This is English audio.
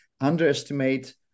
underestimate